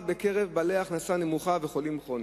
בקרב בעלי הכנסה נמוכה וחולים כרוניים.